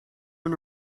own